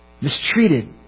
mistreated